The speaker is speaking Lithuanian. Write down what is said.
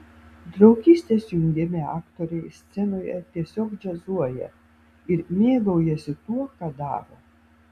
draugystės jungiami aktoriai scenoje tiesiog džiazuoja ir mėgaujasi tuo ką daro